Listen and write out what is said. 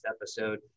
episode